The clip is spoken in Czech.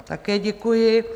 Také děkuji.